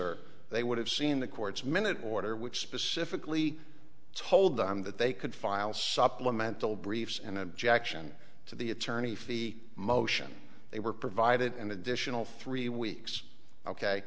r they would have seen the court's minute order which specifically told them that they could file supplemental briefs and objection to the attorney for the motion they were provided an additional three weeks ok